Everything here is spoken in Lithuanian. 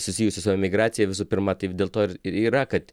susijusios su emigracija visų pirma taip dėl to ir yra kad